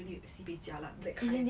really sibei jialat that kind